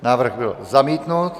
Návrh byl zamítnut.